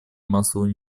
массового